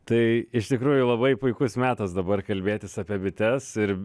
tai iš tikrųjų labai puikus metas dabar kalbėtis apie bites ir